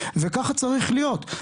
וככה צריך להיות,